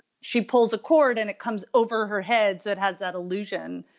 she pulls a cord and it comes over her head so it has that illusion.